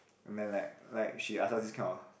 and then like like she ask us this kind of